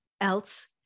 else